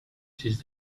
this